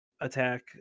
attack